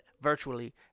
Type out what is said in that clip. virtually